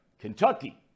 Kentucky